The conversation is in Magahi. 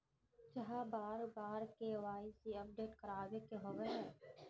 चाँह बार बार के.वाई.सी अपडेट करावे के होबे है?